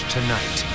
Tonight